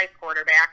quarterback